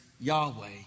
Yahweh